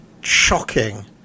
shocking